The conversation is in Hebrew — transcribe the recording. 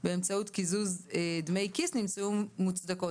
באמצעות קיזוז דמי כיס נמצאו מוצדקות.